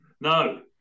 No